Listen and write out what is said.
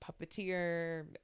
puppeteer